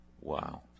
Wow